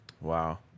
Wow